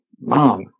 mom